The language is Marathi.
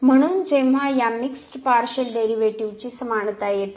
म्हणून जेव्हा यामिक्सड पार्शियल डेरीवेटीव समानता येते